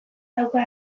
dauka